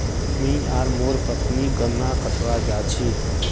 मी आर मोर पत्नी गन्ना कटवा जा छी